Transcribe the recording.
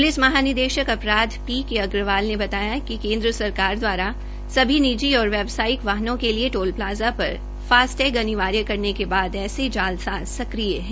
police महानिदेशक अपराध P K Agarwal ने बताया कि केन्द्र सरकार द्वारा सभी निजी और व्यावसायिक वाहनों के लिए टोल प्लाजा पर फासटेग अनिवार्य करने के बाद ऐसे जालसाज सक्रिया है